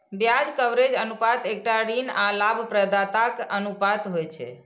ब्याज कवरेज अनुपात एकटा ऋण आ लाभप्रदताक अनुपात होइ छै